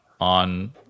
on